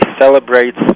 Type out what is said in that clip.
celebrates